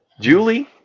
Julie